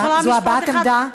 זאת הבעת עמדה.